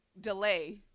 delay